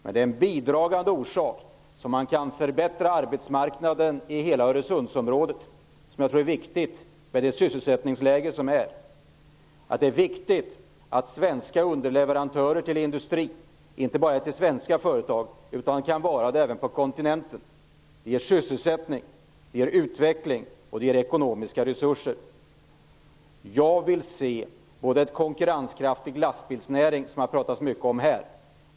Men det är en bidragande faktor för att förbättra arbetsmarknaden i hela Öresundsområdet, vilket är viktigt i det nuvarande sysselsättningsläget. Det är viktigt att svenska företag kan vara underleverantörer till industrin, och inte bara till svenska företag utan även på kontinenten. Det ger sysselsättning, utveckling och ekonomiska resurser. Jag vill se en konkurrenskraftig lastbilsnäring, vilket har talats mycket om här.